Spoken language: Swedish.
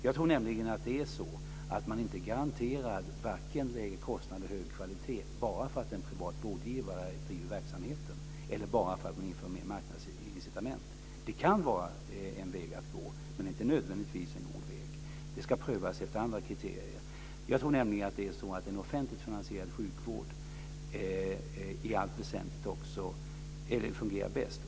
Jag tror nämligen att det är så att man varken är garanterad lägre kostnader eller högre kvalitet bara för att en privat vårdgivare driver verksamheten eller bara för att man inför mer marknadsincitament. Det kan vara en väg att gå, men det är inte nödvändigtvis en god väg. Det ska prövas efter andra kriterier. Jag tror nämligen att det är så att en offentligt finansierad sjukvård i allt väsentligt också fungerar bäst.